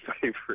favorite